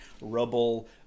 rubble